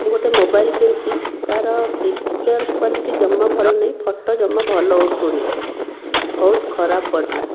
ମୁଁ ଗୋଟିଏ ମୋବାଇଲ କିଣିଛି ତାର ପିକ୍ଚର କ୍ୱାଲିଟି ଯମା ଭଲ ନାହିଁ ଫଟୋ ଯମା ଭଲ ଉଠୁନି ବହୁତ ଖରାପ ପଡ଼ିଲା